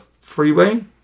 freeway